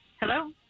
Hello